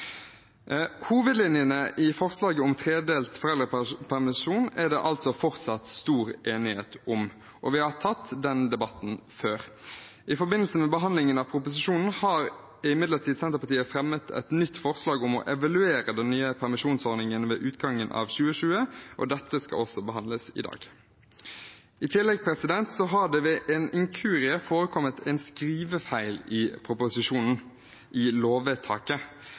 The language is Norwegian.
Hovedlinjene i forslaget om tredelt foreldrepermisjon er det altså fortsatt stor enighet om, og vi har tatt den debatten før. I forbindelse med behandlingen av proposisjonen har imidlertid Senterpartiet fremmet et nytt forslag om å evaluere den nye permisjonsordningen ved utgangen av 2020, og dette skal også behandles i dag. I tillegg har det ved en inkurie forekommet en skrivefeil i proposisjonen, i